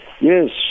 yes